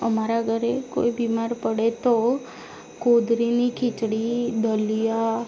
અમારા ઘરે કોઈ બીમાર પડે તો કોદરીની ખીચડી દલિયા